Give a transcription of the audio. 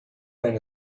been